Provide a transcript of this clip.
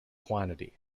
quantity